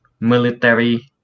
Military